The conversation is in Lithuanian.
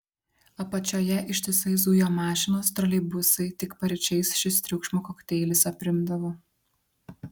apačioje ištisai zujo mašinos troleibusai tik paryčiais šis triukšmo kokteilis aprimdavo